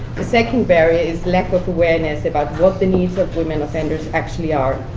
the second barrier is lack of awareness about what the needs of women offenders actually are.